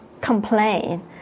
complain